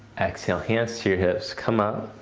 exhale hands to your hips, come up,